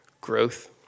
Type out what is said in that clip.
growth